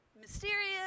mysterious